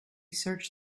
search